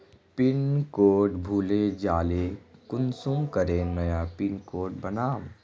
Pin code भूले जाले कुंसम करे नया पिन कोड बनाम?